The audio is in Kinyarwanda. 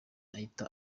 ahita